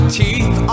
teeth